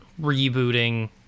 rebooting